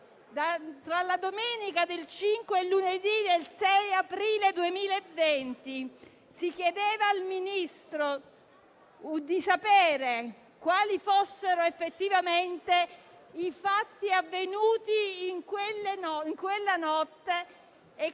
tra domenica 5 e lunedì 6 aprile 2020. Si chiedeva al Ministro di sapere quali fossero effettivamente i fatti avvenuti in quella notte e